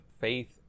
faith